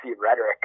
rhetoric